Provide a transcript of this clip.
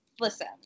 listen